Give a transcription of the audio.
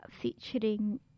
featuring